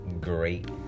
great